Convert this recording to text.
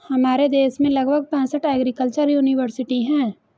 हमारे देश में लगभग पैंसठ एग्रीकल्चर युनिवर्सिटी है